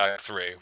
three